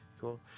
Cool